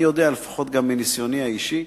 אני יודע, גם מניסיוני האישי,